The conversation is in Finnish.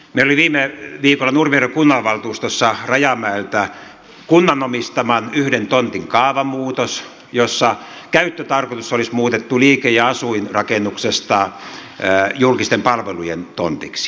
meillä oli viime viikolla nurmijärven kunnanvaltuustossa kunnan rajamäellä omistaman yhden tontin kaavamuutos jossa käyttötarkoitus olisi muutettu liike ja asuinrakennuksesta julkisten palvelujen tontiksi